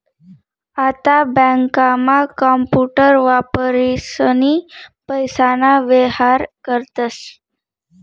आता बँकांमा कांपूटर वापरीसनी पैसाना व्येहार करतस